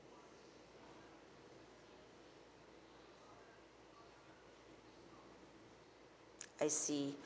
I see